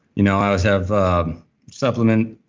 you know i always have a supplement.